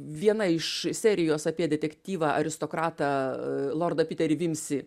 viena iš serijos apie detektyvą aristokratą lordą piterį vimsį